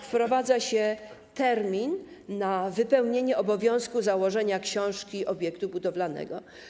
Wprowadza się termin przewidziany na wypełnienie obowiązku założenia książki obiektu budowlanego.